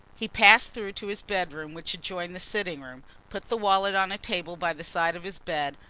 he passed through to his bedroom which adjoined the sitting-room, put the wallet on a table by the side of his bed,